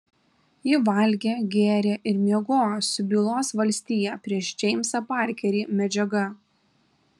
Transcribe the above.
ji valgė gėrė ir miegojo su bylos valstija prieš džeimsą parkerį medžiaga